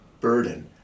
burden